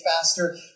faster